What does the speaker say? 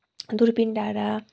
दुर्पिन डाँडा